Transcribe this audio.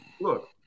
look